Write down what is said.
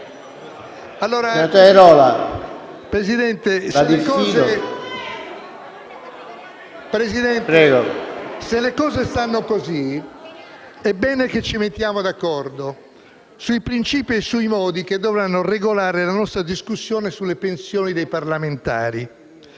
Presidente, se le cose stanno così, è bene che ci mettiamo d'accordo sui principi e sui modi che dovranno regolare la nostra discussione sulle pensioni dei parlamentari,